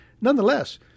nonetheless